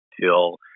till